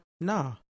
Nah